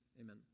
Amen